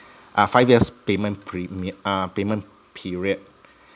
uh five years payment prem~ uh payment period